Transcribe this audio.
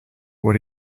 what